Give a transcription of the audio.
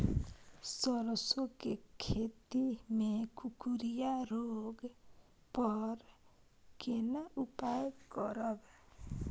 सरसो के खेती मे कुकुरिया रोग पर केना उपाय करब?